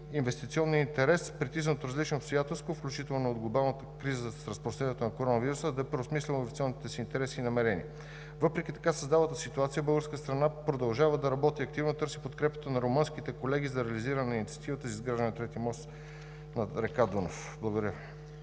е също така, притиснати от различни обстоятелства, включително и от глобалната криза с разпространението на коронавируса да преосмислят инвестиционните си интереси и намерения. Въпреки така създалата се ситуация българската страна продължава да работи активно и да търси подкрепата на румънските колеги за реализиране на инициативата за изграждане на трети мост над река Дунав. Благодаря.